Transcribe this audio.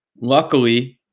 Luckily